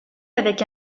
avec